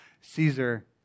Caesar